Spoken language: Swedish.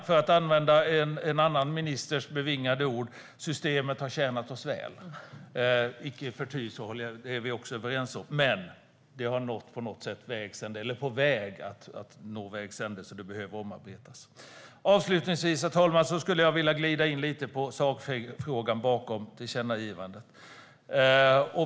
För att använda en annan ministers bevingade ord kan jag säga rörande betalningsviljan att systemet har tjänat oss väl. Det är vi överens om. Men det håller på att nå vägs ände och behöver omarbetas. Avslutningsvis, herr talman, skulle jag vilja glida in lite på sakfrågan bakom tillkännagivandet.